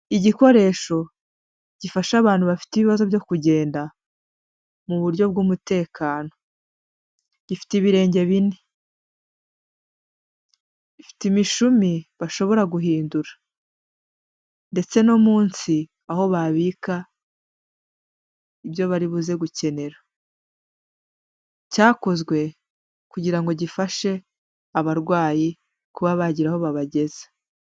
Igikoresho gifasha abantu bafite kugenda mu buryo bw'umutekano, gifite ibirenge bine, ifite imishumi bashobora guhindura ndetse no munsi aho babika ibyo baribuze gukenera, cyakozwe kugira ngo gifashe abarwayi kuba bagira aho babageza.